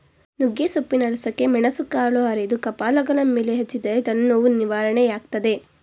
ನುಗ್ಗೆಸೊಪ್ಪಿನ ರಸಕ್ಕೆ ಮೆಣಸುಕಾಳು ಅರೆದು ಕಪಾಲಗಲ ಮೇಲೆ ಹಚ್ಚಿದರೆ ತಲೆನೋವು ನಿವಾರಣೆಯಾಗ್ತದೆ